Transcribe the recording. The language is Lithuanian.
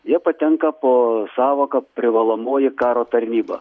jie patenka po sąvoka privalomoji karo tarnyba